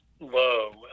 low